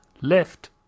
left